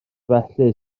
felly